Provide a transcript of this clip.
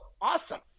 awesome